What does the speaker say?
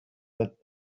that